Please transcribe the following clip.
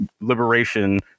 liberation